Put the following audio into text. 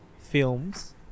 films